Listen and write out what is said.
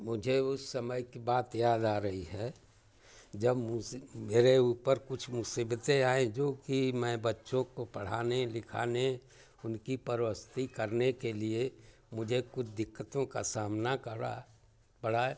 मुझे उस समय की बात याद आ रही है जब मेरे ऊपर कुछ मुसीबतें आईं जो कि मैं बच्चों को पढ़ाने लिखाने उनकी करने के लिए मुझे कुछ दिक्कतों का सामना करना पड़ा